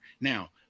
Now